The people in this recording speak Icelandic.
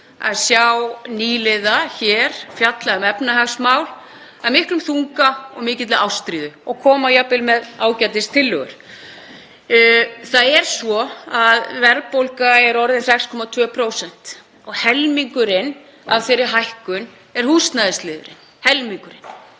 að sjá nýliða hér fjalla um efnahagsmál af miklum þunga og mikilli ástríðu og koma jafnvel með ágætistillögur. Það er svo að verðbólga er orðin 6,2% og helmingurinn af þeirri hækkun er húsnæðisliðurinn. En